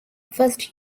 first